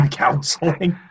counseling